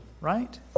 right